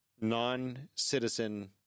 non-citizen